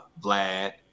Vlad